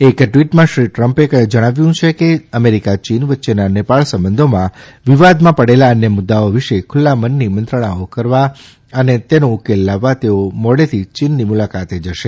એક ટ્વીટમાં શ્રી ટ્રમ્પે જણાવ્યું છે કે અમેરિકા ચીન વચ્ચેના નેપાળ સંબંધોમાં વિવાદમાં પડેલા અન્ય મુદ્દાઓ વિશે ખુલ્લા મનથી મંત્રણાઓ કરવા અને તેનો ઉકેલ લાવવા તેઓ મોડેથી ચીનની મુલાકાતે જશે